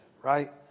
right